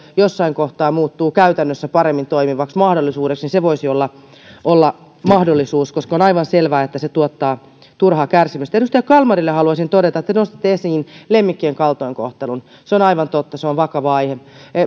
jossain kohtaa muuttuu käytännössä paremmin toimivaksi niin se voisi olla olla mahdollisuus koska on aivan selvää että kirurginen kastraatio tuottaa turhaa kärsimystä edustaja kalmarille haluaisin todeta kun te nostitte esiin lemmikkien kaltoinkohtelun että aivan totta se on vakava aihe